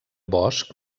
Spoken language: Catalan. bosch